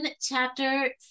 chapter